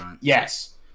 yes